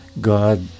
God